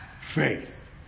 faith